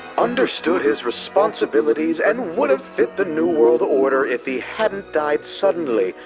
understood his responsibilities and would have fit the new world order if he hadn't died suddenly.